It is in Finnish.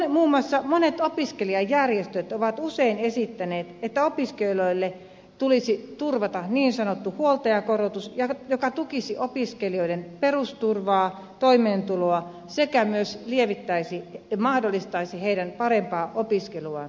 muun muassa monet opiskelijajärjestöt ovat usein esittäneet että opiskelijoille tulisi turvata niin sanottu huoltajakorotus joka tukisi opiskelijoiden perusturvaa toimeentuloa sekä myös lievittäisi ja mahdollistaisi heidän parempaa opiskeluaan tulevaisuudessa